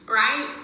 right